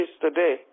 today